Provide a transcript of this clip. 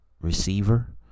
receiver